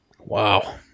Wow